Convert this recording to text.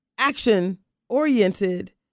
action-oriented